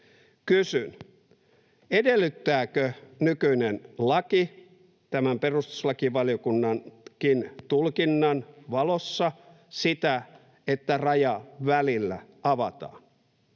Kysyn: Edellyttääkö nykyinen laki tämän perustuslakivaliokunnankin tulkinnan valossa sitä, että raja välillä avataan?